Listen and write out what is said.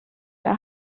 der